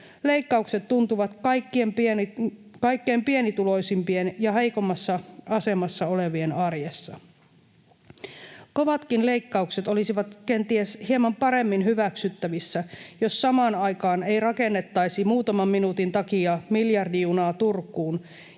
Leikkaukset tuntuvat kaikkein pienituloisimpien ja heikoimmassa asemassa olevien arjessa. Kovatkin leikkaukset olisivat kenties hieman paremmin hyväksyttävissä, jos samaan aikaan ei rakennettaisi muutaman minuutin takia miljardijunaa Turkuun